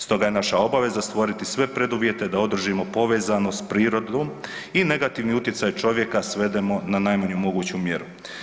Stoga je naša obaveza stvoriti sve preduvjete da održimo povezanost s prirodom i negativni utjecaj čovjeka svedemo na najmanju moguću mjeru.